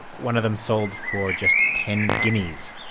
one of them sold for just ten guineas,